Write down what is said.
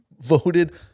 voted